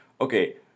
okay